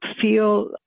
feel